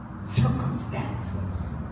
circumstances